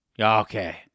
Okay